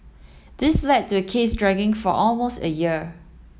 this led to the case dragging for almost a year